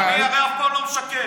אני הרי אף פעם לא משקר.